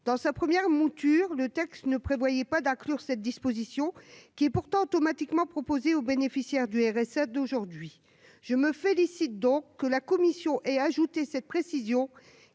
Dans sa première mouture, le texte ne prévoyait pas d'inclure cette disposition, qui est pourtant automatiquement proposée aux bénéficiaires du RSA aujourd'hui. Je me félicite donc de ce que la commission ait ajouté cette précision,